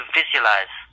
visualize